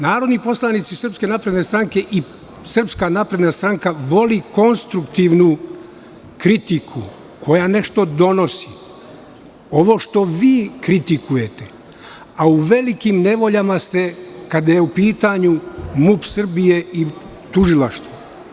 Narodni poslanici SNS i SNS voli konstruktivnu kritiku koja nešto donosi, ovo što vi kritikujete, a u velikim nevoljama ste kada je u pitanju MUP Srbije i tužilaštvo.